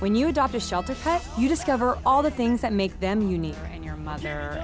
when you adopt a shelter you discover all the things that make them unique in your mother